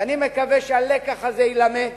ואני מקווה שהלקח הזה יילמד